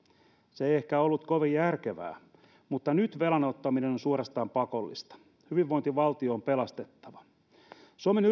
se ei ehkä ollut kovin järkevää mutta nyt velan ottaminen on suorastaan pakollista hyvinvointivaltio on pelastettava suomen